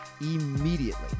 immediately